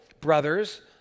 brothers